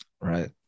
Right